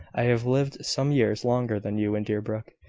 i have lived some years longer than you in deerbrook,